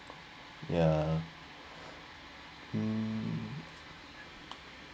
yeah um